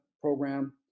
Program